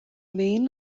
main